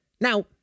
Now